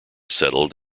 settled